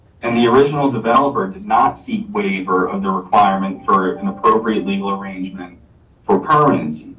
and the original developer did not seek waiver of the requirement for an appropriate legal arrangement for permanency.